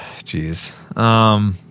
Jeez